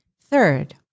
Third